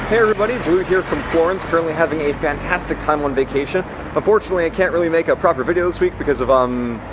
hey everybody! blue here from florence, currently having a fantastic time on vacation unfortunately, i can't really make a proper video this week because of um.